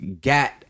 got